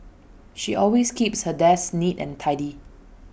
she always keeps her desk neat and tidy